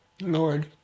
Lord